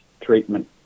treatment